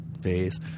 phase